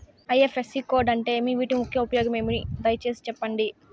IFSC code అంటే ఏమి? వీటి ముఖ్య ఉపయోగం ఏమి? దయసేసి సెప్పండి?